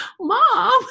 mom